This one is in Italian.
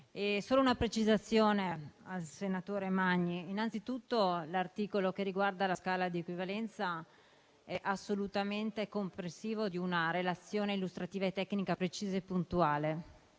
fare una precisazione al senatore Magni. Innanzitutto, l'articolo che riguarda la scala di equivalenza è assolutamente comprensivo di una relazione illustrativa e tecnica precisa e puntuale